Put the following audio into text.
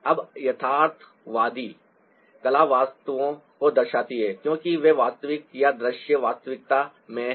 अब यथार्थवादी कला वस्तुओं को दर्शाती है क्योंकि वे वास्तविक या दृश्य वास्तविकता में हैं